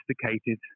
sophisticated